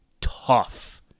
tough